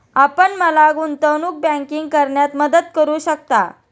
आपण मला गुंतवणूक बँकिंग करण्यात मदत करू शकता?